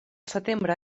setembre